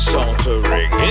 Sauntering